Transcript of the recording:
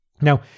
Now